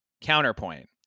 counterpoint